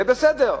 זה בסדר,